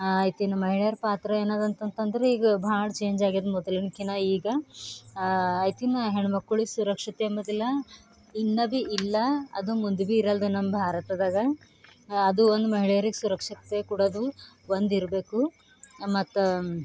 ಆಯ್ತು ಇನ್ನು ಮಹಿಳೆಯರ ಪಾತ್ರ ಏನದ ಅಂತಂತಂದರೆ ಈಗ ಭಾಳ ಚೇಂಜಾಗ್ಯದ ಮೊದಲಿನ್ಕಿನ್ನ ಈಗ ಆಯ್ತು ಇನ್ನು ಹೆಣ್ಮಕ್ಕಳಿಗೆ ಸುರಕ್ಷತೆ ಎಂಬುದಿಲ್ಲ ಇನ್ನು ಭೀ ಇಲ್ಲ ಅದು ಮುಂದು ಭೀ ಇರಲ್ದು ನಮ್ಮ ಭಾರತದಾಗ ಅದು ಒಂದು ಮಹಿಳೆಯರಿಗೆ ಸುರಕ್ಷತೆ ಕೊಡೋದು ಒಂದಿರಬೇಕು ಮತ್ತು